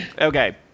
Okay